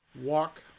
walk